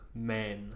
men